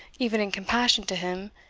even in compassion to him,